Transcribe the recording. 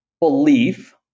belief